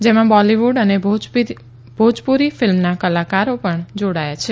જેમાં બોલીવૂડ અને ભોજપૂરી ફિલ્મ નાં કલાકરો પણ જોડાયા છે